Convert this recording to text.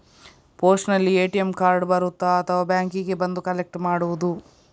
ಪೋಸ್ಟಿನಲ್ಲಿ ATM card ಬರುತ್ತಾ ಅಥವಾ ಬ್ಯಾಂಕಿಗೆ ಬಂದು ಕಲೆಕ್ಟ್ ಮಾಡುವುದು?